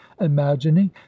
imagining